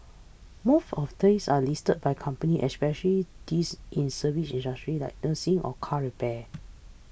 most of these are leased by companies especially these in service industries like nursing or car repairs